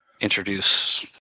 introduce